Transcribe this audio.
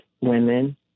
women